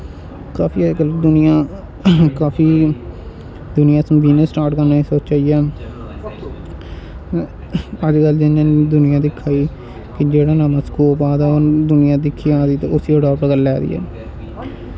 काफी अजकल दुनियां काफी दुनियां बिजनस स्टार्ट करने दा सोचा दी ऐ अजकल दी इन्नी इन्नी दुनियां दिक्खै दी कि जेह्ड़ा नमां स्कोप आ दा दुनियां दिक्खी जा दी ते उसी आडाप्ट करी जा दी